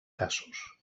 casos